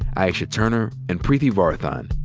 aisha turner, and preeti varathan.